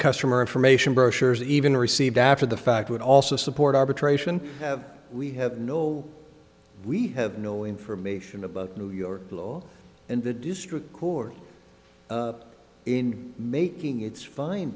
customer information brochures even received after the fact would also support arbitration have we have no we have no information about new york law and the district court in making its fin